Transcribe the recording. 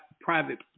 private